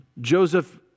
Joseph